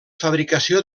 fabricació